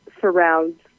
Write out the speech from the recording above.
surrounds